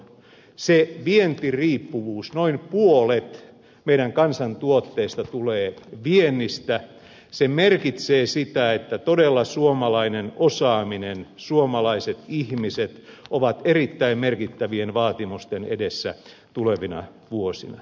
se vientiriippuvuus se että noin puolet meidän kansantuotteestamme tulee viennistä merkitsee sitä että todella suomalainen osaaminen suomalaiset ihmiset ovat erittäin merkittävien vaatimusten edessä tulevina vuosina